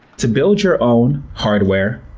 to build your own hardware,